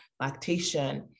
lactation